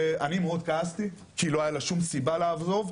ואני מאוד כעסתי כי לא היה לה שום סיבה לעזוב,